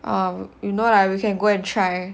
um you know lah we can go and try